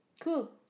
Cool